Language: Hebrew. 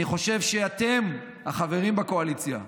אני חושב שאתם, החברים בקואליציה,